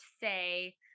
say